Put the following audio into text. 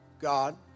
God